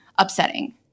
upsetting